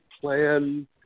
plan